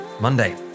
Monday